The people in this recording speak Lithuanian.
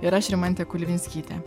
ir aš rimantė kulvinskytė